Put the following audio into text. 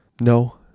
No